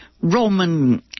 Roman